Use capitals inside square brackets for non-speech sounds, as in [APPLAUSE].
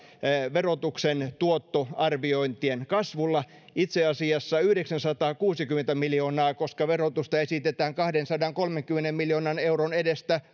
verotuksen tuottoarviointien kasvulla itse asiassa yhdeksänsataakuusikymmentä miljoonaa koska verotusta esitetään kahdensadankolmenkymmenen miljoonan euron edestä [UNINTELLIGIBLE]